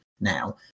now